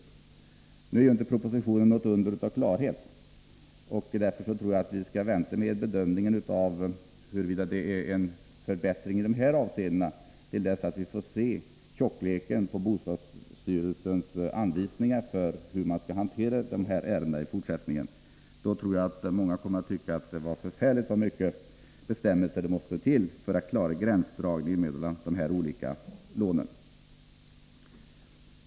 Nu är ju inte propositionen något under av klarhet, och därför tror jag att vi skall vänta med bedömningen av huruvida det blir en förbättring i dessa avseenden till dess att vi kan se omfattningen av bostadsstyrelsens anvisningar för hanteringen av ärendena i fortsättningen. Jag tror att många kommer att tycka att det var förfärligt så många bestämmelser som måste till för att klara gränsdragningen mellan de olika lånen.